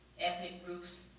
ethnic groups,